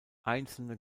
einzelne